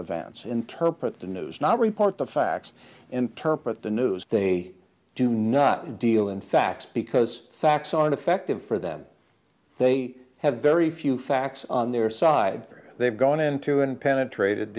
events interpret the news not report the facts interpret the news they do not deal in facts because socks on effective for them they have very few facts on their side they've gone into and penetrated